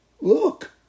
Look